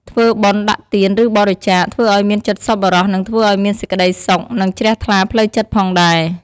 ធ្វើបុណ្យ ដាក់ទាន ឬ បរិច្ចាគ ធ្វើអោយមានចិត្តសប្បុរសនឹងធ្វើអោយមានសេចក្តីសុខនិងជ្រះថ្លាផ្លូវចិត្តផងដែរ។